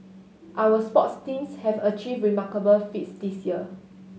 our sports teams have achieved remarkable feats this year